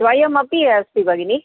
द्वयमपि अस्ति भगिनि